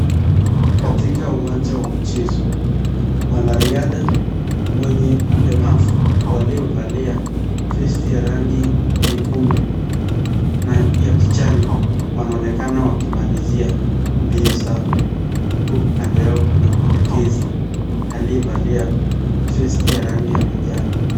Katika uwanja wa mchezo, wanariadha wenye ulemavu waliovalia vest ya rangi nyekundu na ya kijani wanaonekana wakimalizia mbio zao huku kando yao wakiwa na mwelekezi aliyevalia vest ya rangi ya manjano.